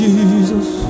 Jesus